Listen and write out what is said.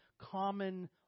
common